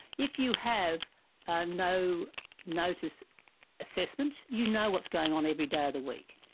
if you have a no notice assessment, you know what's going on every day of the week.